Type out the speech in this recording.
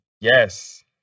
Yes